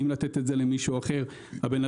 אם לתת את זה למישהו אחר,